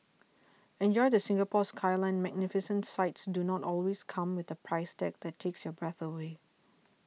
enjoy the Singapore Skyline Magnificent sights do not always come with a price tag that takes your breath away